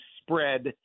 spread